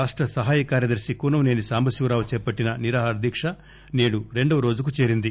రాష్ట సహాయ కార్యదర్ని కూనంసేని సాంబశివరావు చేపట్టిన నిరాహారదీక్ష నేడు రెండవ రోజుకు చేరింది